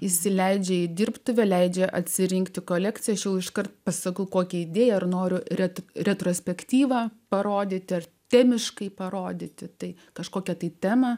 įsileidžia į dirbtuvę leidžia atsirinkti kolekciją ši iškart pasakau kokią idėją ar noriu reta retrospektyvą parodyti ir termiškai parodyti tai kažkokia tai temą